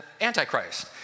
antichrist